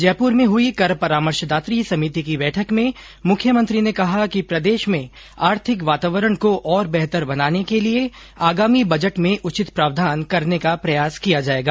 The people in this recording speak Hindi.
जयपुर में हुई कर परामर्शदात्री समिति की बैठक में मुख्यमंत्री ने कहा कि प्रदेश में आर्थिक वातावरण को और बेहतर बनाने के लिए आगामी बजट में उचित प्रावधान करने का प्रयास किया जाएगा